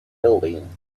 building